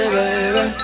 baby